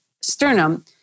sternum